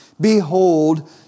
Behold